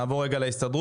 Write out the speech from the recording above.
נעבור רגע להסתדרות,